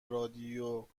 رادیو